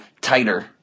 tighter